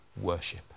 worship